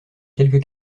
quelques